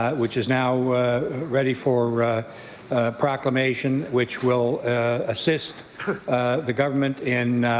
ah which is now ready for proclamation which will assist the government in